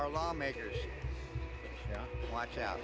our lawmakers watch out